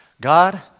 God